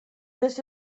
this